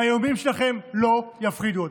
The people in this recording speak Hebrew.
והאיומים שלכם לא יפחידו אותנו.